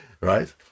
Right